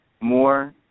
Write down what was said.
more